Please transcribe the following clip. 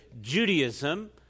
Judaism